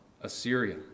Assyria